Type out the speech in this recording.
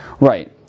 Right